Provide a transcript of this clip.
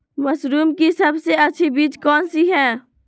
Mushroom की सबसे अच्छी बीज कौन सी है?